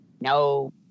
No